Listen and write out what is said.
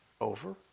over